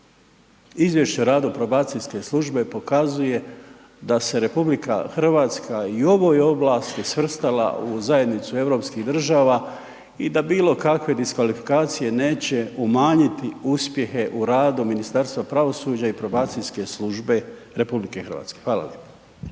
izvješća o radu probacijske službe pokazuje da se RH i u ovoj oblasti svrstala u zajednicu europskih država i da bilo kakve diskvalifikacije neće umanjiti uspjehe u radu Ministarstva pravosuđa i Probacijske službe RH. Hvala